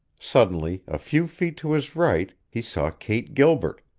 suddenly, a few feet to his right, he saw kate gilbert,